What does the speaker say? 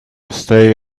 stay